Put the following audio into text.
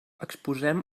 exposem